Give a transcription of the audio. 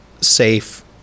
safe